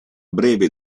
breve